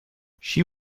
she